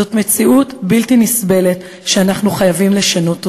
זאת מציאות בלתי נסבלת שאנחנו חייבים לשנות אותה.